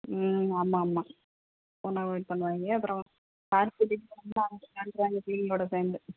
ம் ஆமாம் ஆமாம் போனை அவாய்ட் பண்ணுவாங்க அப்புறம் பார்க் கூட்டிகிட்டு போனோம்ன்னா அங்கே ஃபிரெண்டு